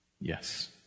Yes